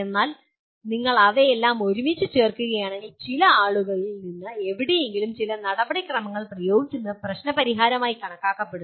എന്നാൽ നിങ്ങൾ അവയെല്ലാം ഒരുമിച്ച് ചേർക്കുകയാണെങ്കിൽ ചില ആളുകളിൽ നിന്ന് എവിടെയെങ്കിലും ചില നടപടിക്രമങ്ങൾ പ്രയോഗിക്കുന്നത് പ്രശ്ന പരിഹാരമായി കണക്കാക്കപ്പെടുന്നു